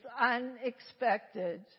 unexpected